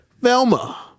velma